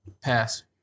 Pass